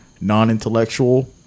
non-intellectual